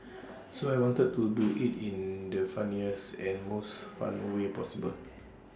so I wanted to do IT in the funniest and most fun way possible